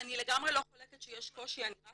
אני לגמרי לא חולקת שיש קושי, אני רק